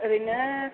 ओरैनो